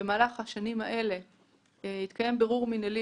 במהלך השנים האלו התקיים בירור מינהלי